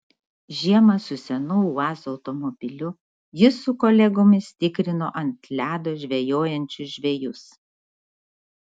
žiemą su senu uaz automobiliu jis su kolegomis tikrino ant ledo žvejojančius žvejus